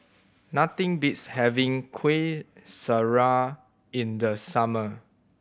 nothing beats having Kuih Syara in the summer